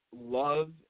love